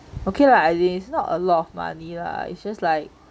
okay lah as in it's not a lot of money lah it's just like